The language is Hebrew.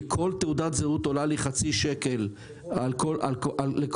כי כל תעודת זהות עולה לי חצי שקל בכל חודש.